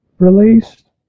released